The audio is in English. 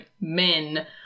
men